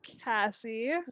Cassie